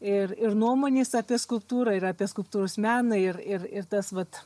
ir ir nuomonės apie skulptūrą ir apie skulptūros meną ir ir ir tas vat